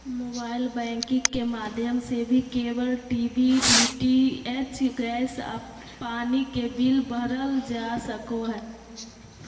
mobile banking के माध्यम से भी केबल टी.वी, डी.टी.एच, गैस, पानी के बिल भरल जा सको हय